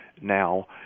now